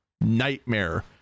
nightmare